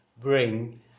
bring